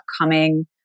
upcoming